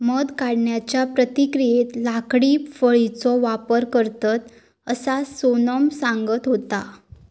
मध काढण्याच्या प्रक्रियेत लाकडी फळीचो वापर करतत, असा सोनम सांगत होता